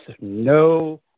no